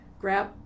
grab